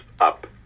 up